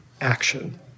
action